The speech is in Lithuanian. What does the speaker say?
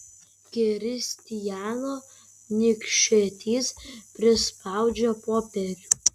kristijano nykštys prispaudžia popierių